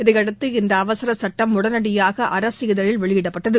இதையடுத்து இந்த அவசர சட்டம் உடனடியாக அரசிதழில் வெளியிடப்பட்டது